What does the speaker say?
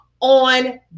on